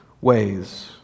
ways